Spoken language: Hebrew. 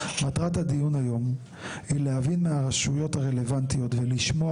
מטרת הדיון היום היא להבין מהרשויות הרלוונטיות ולשמוע